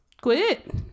Quit